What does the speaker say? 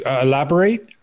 elaborate